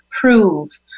prove